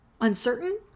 uncertain